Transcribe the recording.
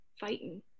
fighting